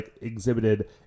exhibited